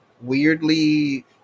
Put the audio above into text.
weirdly